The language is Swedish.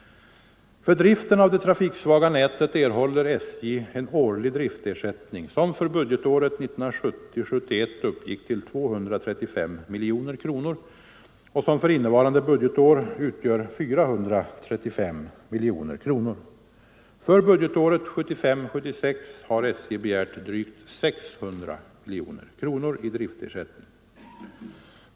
För driften av det trafiksvaga nätet erhåller SJ en årlig driftersättning, som för budgetåret 1970 76 har SJ begärt drygt 600 miljoner kronor i driftersättning.